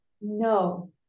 no